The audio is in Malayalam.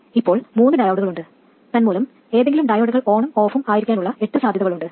ഇപ്പോൾ മൂന്ന് ഡയോഡുകളുണ്ട് തന്മൂലം ഏതെങ്കിലും ഡയോഡുകൾ ഓണും ഓഫും ആയിരിക്കാനുള്ള എട്ട് സാധ്യതകളുണ്ട്